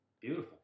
beautiful